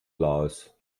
laos